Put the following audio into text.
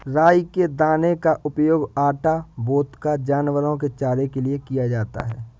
राई के दाने का उपयोग आटा, वोदका, जानवरों के चारे के लिए किया जाता है